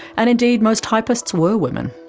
and indeed most typists were women,